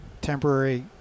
temporary